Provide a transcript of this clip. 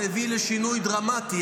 זה הביא לשינוי דרמטי.